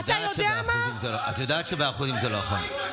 את יודעת שבאחוזים זה לא נכון.